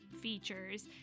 features